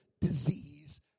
disease